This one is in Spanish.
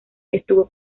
estuvo